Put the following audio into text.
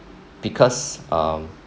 because mm